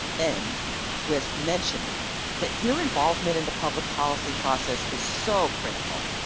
end with mentioning that your involvement in the public policy process is so critical.